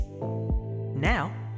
Now